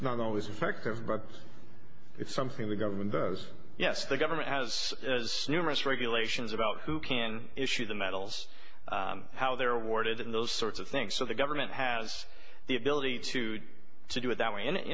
not always effective but it's something the government does yes the government has numerous regulations about who can issue the metals how they're warded and those sorts of things so the government has the ability to to do it that way and you